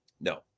No